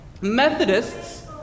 Methodists